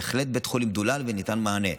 בהחלט בית החולים דולל, וניתן מענה.